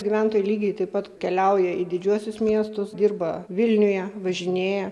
gyventojai lygiai taip pat keliauja į didžiuosius miestus dirba vilniuje važinėja